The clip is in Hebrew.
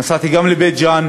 נסעתי גם לבית-ג'ן,